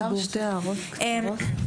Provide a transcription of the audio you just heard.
אפשר שתי הערות קצרות